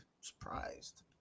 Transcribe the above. Surprised